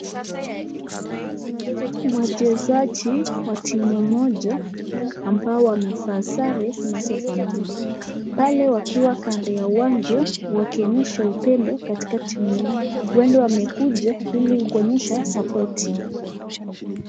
Wachezaji wa timu moja ambao wamevaa sare zinazofanana pale wakiwa kando ya uwanja wakionyesha upendo katika yimu yao huenda wamekuja ili kuonyesha sapoti.